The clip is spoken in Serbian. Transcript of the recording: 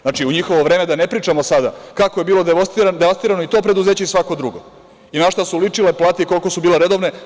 Znači, u njihovo vreme, da ne pričamo sada kako je bilo devastirano i to preduzeće i svako drugo i na šta su ličile plate i koliko su bile redovne.